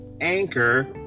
Anchor